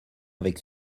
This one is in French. avec